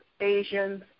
Asians